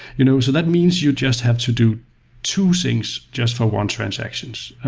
you know so that means you just have to do two things just for one transaction,